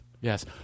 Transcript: Yes